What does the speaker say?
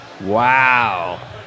Wow